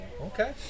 okay